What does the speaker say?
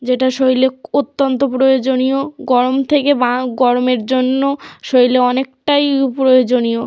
যেটা শরীরের অত্যন্ত প্রয়োজনীয় গরম থেকে বা গরমের জন্য শরীরে অনেকটাই প্রয়োজনীয়